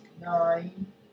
nine